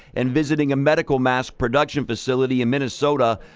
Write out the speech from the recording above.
and visiting a medical mask production facility in minnesota,